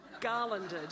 garlanded